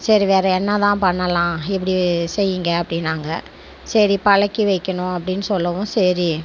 சரி வேறு என்ன தான் பண்ணலாம் இப்படி செய்யுங்க அப்படின்னாங்க சரி பழக்கி வைக்கணும் அப்படின்னு சொல்லவும் சரி